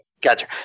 gotcha